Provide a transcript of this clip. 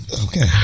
okay